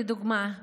לדוגמה,